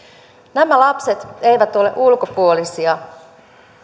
nämä lapset eivät ole ulkopuolisia